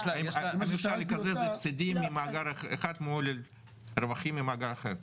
אפשר לקזז הפסדים ממאגר אחד מול רווחים ממאגר אחר.